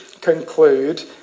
conclude